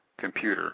computer